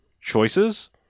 choices